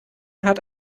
hat